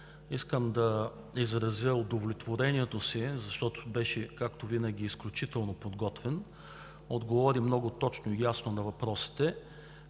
БСП, да изразя удовлетворението си, защото беше, както винаги, изключително подготвен. Отговори много точно и ясно на въпросите,